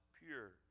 pure